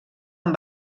amb